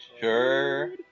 sure